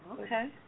Okay